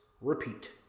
repeat